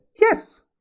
Yes